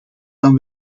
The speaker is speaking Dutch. dan